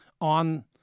on